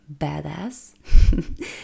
badass